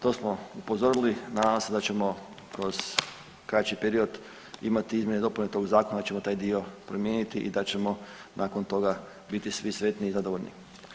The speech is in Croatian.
To smo upozorili, nadam se da ćemo kroz kraći period imati izmjene i dopune tog zakona, da ćemo taj dio promijeniti i da ćemo nakon toga biti svi sretni i zadovoljni.